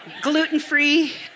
gluten-free